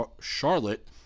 Charlotte